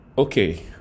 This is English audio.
Okay